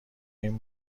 این